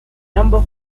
ambos